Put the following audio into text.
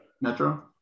Metro